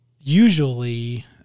usually